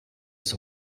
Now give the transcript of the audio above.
ist